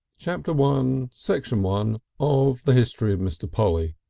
chapter one. section one of the history of mr. polly.